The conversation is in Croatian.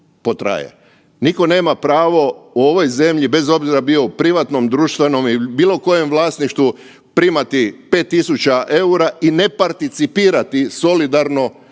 Nitko nema pravo u ovoj zemlji bez obzira bio u privatnom, društvenom ili bilo kojem vlasništvu primati 5.000 EUR-a i ne participirati solidarno